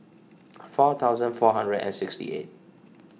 four thousand four hundred and sixty eight